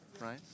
right